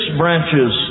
branches